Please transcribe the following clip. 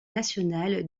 national